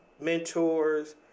mentors